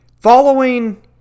Following